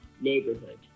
neighborhood